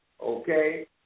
okay